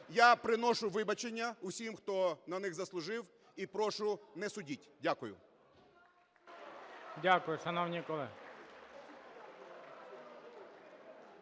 я приношу вибачення усім, хто на них заслужив, і прошу: не судіть. Дякую. ГОЛОВУЮЧИЙ. Дякую. Шановні колеги!